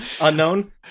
Unknown